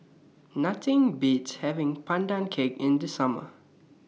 Nothing Beats having Pandan Cake in The Summer